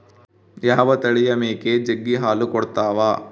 ಯಾವ ತಳಿಯ ಮೇಕೆ ಜಗ್ಗಿ ಹಾಲು ಕೊಡ್ತಾವ?